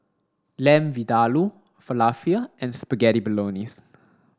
Lamb Vindaloo Falafel and Spaghetti Bolognese